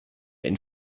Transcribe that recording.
ein